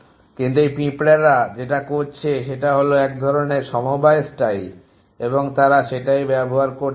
কিন্তু এই পিঁপড়ারা যেটা ব্যবহার করছে সেটা হলো এক ধরনের সমবায় স্টাইল এবং তারা সেটাই ব্যবহার করতে পারে